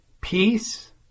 peace